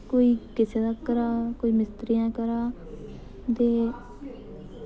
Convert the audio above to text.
कोई किसे दा करै दा कोई मिस्त्रियां करै दा ते